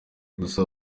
gusa